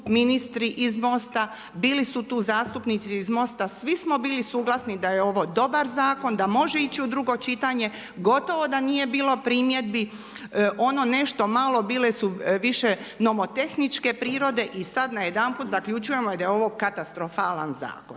ministri iz MOST-a, bili su tu zastupnici iz MOST-a, svi smo bili suglasni da je ovo dobar zakon, da može ići u drugo čitanje. Gotovo da nije bilo primjedbi. Ono nešto malo bile su više nomotehničke prirode i sad najedanput zaključujemo da je ovo katastrofalan zakon.